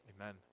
Amen